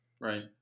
Right